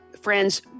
Friends